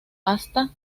hasta